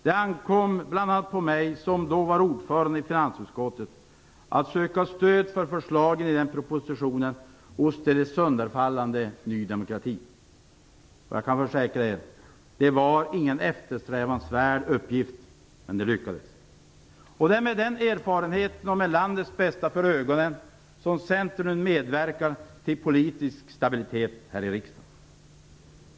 Det ankom bl.a. på mig, som då var ordförande i finansutskottet, att söka stöd för förslagen i propositionen hos det sönderfallande Ny demokrati. Jag kan försäkra er: Det var ingen eftersträvansvärd uppgift, men den lyckades. Det är med den erfarenheten och med landets bästa för ögonen som Centern nu medverkar till politisk stabilitet här i riksdagen.